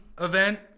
event